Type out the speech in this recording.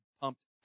pumped